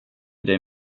dig